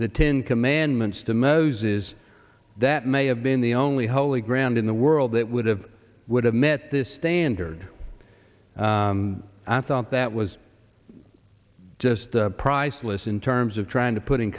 the ten commandments to moses is that may have been the only holy ground in the world that would have would have met this standard i thought that was just priceless in terms of trying to put in